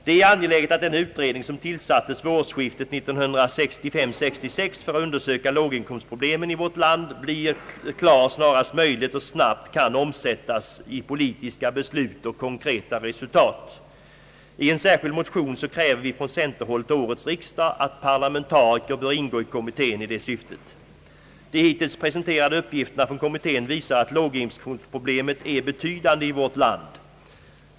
Det är angeläget, att den utredning som tillsattes vid årsskiftet 1965/66 för att undersöka Ilåginkomstproblemen i vårt land blir klar snarast möjligt och snabbt kan omsättas i politiska beslut och konkreta resultat. I en särskild motion kräver vi från centerhåll till årets riksdag, att parlamentariker bör ingå i kommittén i detta syfte. De hittills presenterade uppgifterna från kommittén visar, att låginkomstproblemet är betydande i vårt land.